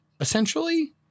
essentially